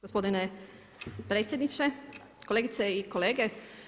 Gospodine potpredsjedniče, kolegice i kolege.